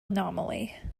anomaly